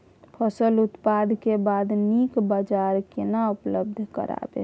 फसल उत्पादन के बाद नीक बाजार केना उपलब्ध कराबै?